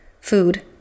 food